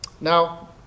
Now